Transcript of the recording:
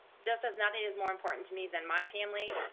just as nothing is more important to me than my family,